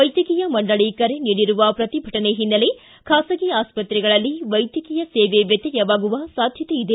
ವೈದ್ಯಕೀಯ ಮಂಡಳಿ ಕರೆ ನೀಡಿರುವ ಪ್ರತಿಭಟನೆ ಓನ್ನೆಲೆ ಖಾಸಗಿ ಆಸ್ತ್ರೆಗಳಲ್ಲಿ ವೈದ್ಯಕೀಯ ಸೇವೆ ವ್ಯತ್ಯಯಾಗುವ ಸಾಧ್ಯತೆಯಿದೆ